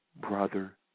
brother